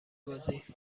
بازی